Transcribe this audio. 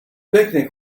picnic